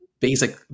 basic